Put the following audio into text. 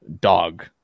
dog